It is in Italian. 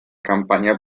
campagna